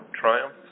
triumph